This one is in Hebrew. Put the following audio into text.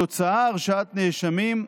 התוצאה, הרשעת נאשמים,